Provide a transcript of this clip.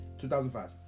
2005